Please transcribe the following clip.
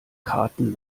karten